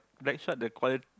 Blackshot they call it